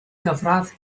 gyfradd